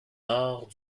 nord